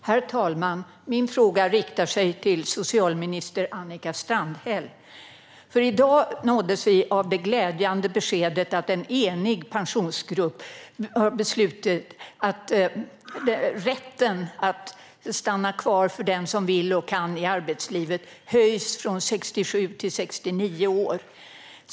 Herr talman! Min fråga riktar sig till socialminister Annika Strandhäll. I dag nåddes vi av det glädjande beskedet att en enig pensionsgrupp har beslutat att rätten att stanna kvar i arbetslivet för den som vill och kan höjs från 67 till 69 år.